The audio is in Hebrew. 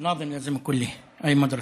אני לא יודע בדיוק מאיזה בית ספר.)